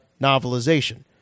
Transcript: novelization